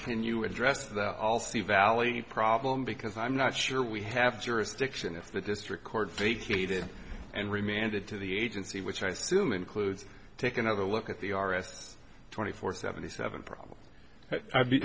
you address the i'll see valley problem because i'm not sure we have jurisdiction if the district court vacated and remaindered to the agency which i assume includes take another look at the r s twenty four seventy seven problem i'd be